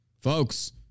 folks